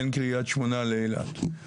בין קריית שמונה לאילת.